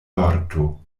morto